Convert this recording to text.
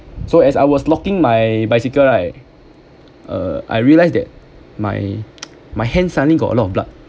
so as I was locking my bicycle right uh I realize that my my hands suddenly got a lot of blood